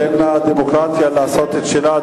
תן לדמוקרטיה לעשות את שלה,